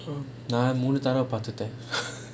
நான் மூணு தடவ பாத்துதான்:naan moonu thaadava paathuthaan